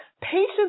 patients